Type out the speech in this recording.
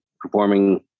performing